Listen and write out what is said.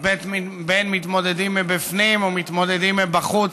בין מתמודדים מבפנים ומתמודדים מבחוץ.